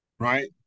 Right